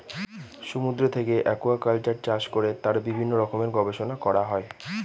সমুদ্র থেকে একুয়াকালচার চাষ করে তার বিভিন্ন রকমের গবেষণা করা হয়